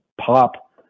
pop